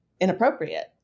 inappropriate